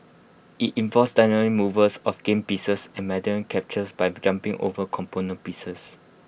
IT involves diagonal moves of game pieces and mandatory captures by jumping over component pieces